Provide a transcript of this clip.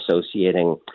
associating